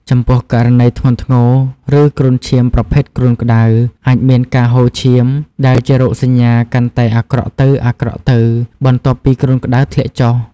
ចំពោះករណីធ្ងន់ធ្ងរ ឬគ្រុនឈាមប្រភេទគ្រុនក្តៅ អាចមានការហូរឈាម ដែលជារោគសញ្ញាកាន់តែអាក្រក់ទៅៗ បន្ទាប់ពីគ្រុនក្តៅធ្លាក់ចុះ។